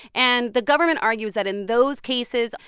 and the government argues that, in those cases,